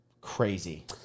Crazy